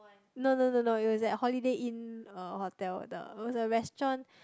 no no no no it was at Holiday Inn uh Hotel the was a restaurant